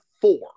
four